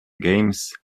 games